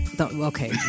Okay